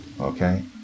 okay